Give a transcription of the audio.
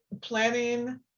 planning